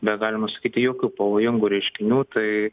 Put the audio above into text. be galima sakyti jokių pavojingų reiškinių tai